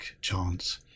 chance